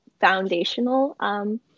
foundational